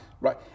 right